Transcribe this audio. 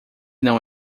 não